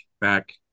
back